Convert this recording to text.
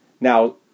Now